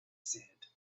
said